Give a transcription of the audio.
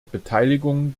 beteiligung